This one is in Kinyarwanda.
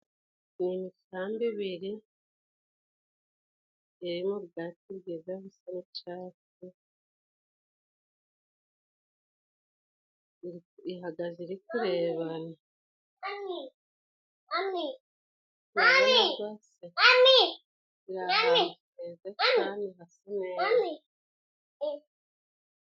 Iyi ni imisambi ibiri iri mu bwatsi bwiza busa n'icatsi, ihagaze iri kurebana. Iri ahantu heza cane hasa neza.